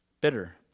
bitter